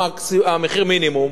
מינימום,